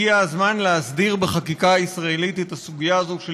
הגיע הזמן להסדיר בחקיקה הישראלית את הסוגיה הזאת של